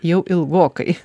jau ilgokai